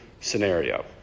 scenario